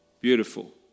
Beautiful